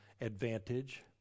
advantage